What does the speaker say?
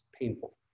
painful